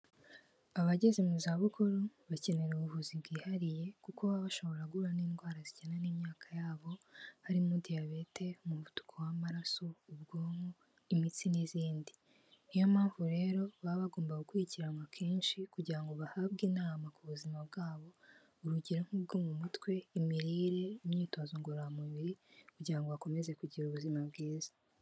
Abageze mu za bukuru, bakenera ubuvuzi bwihariye, kuko baba bashobora guhura n'indwara zijyana n'imyaka yabo, harimo diyabete, umuvuduko w'amaraso, ubwonko, imitsi n'izindi. Niyompamvu rero baba bagomba gukurikiranwa kenshi, kugira ngo bahabwe inama ku buzima bwabo, urugero nk'ubwo mu mutwe, imirire, imyitozo ngororamubiri, kugira ngo bakomeze kugira ubuzima bwiza.